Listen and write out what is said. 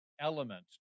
element